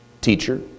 teacher